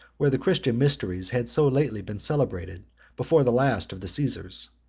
where the christian mysteries had so lately been celebrated before the last of the caesars.